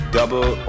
Double